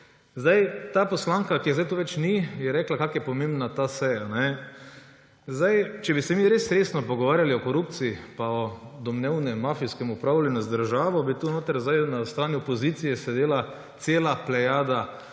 dosti. Ta poslanka, ki je sedaj tu več ni, je rekla, kako pomembna je ta seja. Če bi se mi res resno pogovarjali o korupciji pa o domnevnem mafijskem upravljanju z državo, bi tukaj notri sedaj na strani opozicije sedala cela plejada